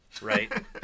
right